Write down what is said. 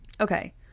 Okay